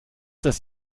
das